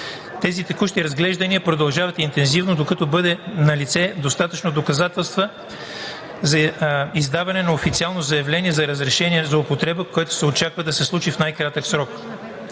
Тези текущи разглеждания продължават интензивно, докато бъдат налице достатъчно доказателства за издаване на официално заявление за разрешение за употреба, което се очаква да се случи в най-кратък срок.